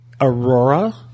Aurora